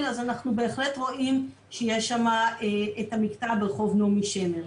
אנחנו בהחלט רואים שיש שם את המקטע ברחוב נעמי שמר.